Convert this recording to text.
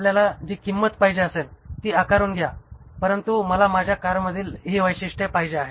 आपल्याला जी किंमत पाहिजे असेल ती आकारून घ्या परंतु मला माझ्या कारमधील ही वैशिष्ट्ये पाहिजे आहेत